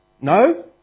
No